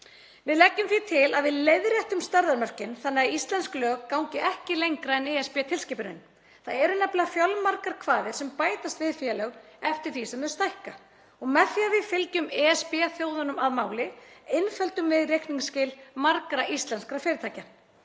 Við leggjum því til að við leiðréttum stærðarmörkin þannig að íslensk lög gangi ekki lengra en ESB-tilskipunin. Það eru nefnilega fjölmargar kvaðir sem bætast við félög eftir því sem þau stækka og með því að við fylgjum ESB-þjóðunum að máli einföldum við reikningsskil margra íslenskra fyrirtækja.